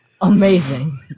amazing